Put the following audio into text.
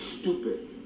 stupid